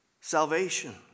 salvation